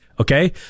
Okay